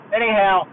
anyhow